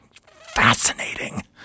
Fascinating